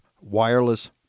wireless